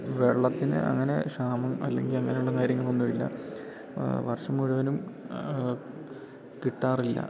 വെള്ളത്തിന് അങ്ങനെ ക്ഷാമം അല്ലെങ്കി അങ്ങനെയുള്ള കാര്യങ്ങളൊന്നും ഇല്ല വർഷം മുഴുവനും കിട്ടാറില്ല